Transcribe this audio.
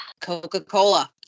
coca-cola